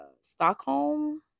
Stockholm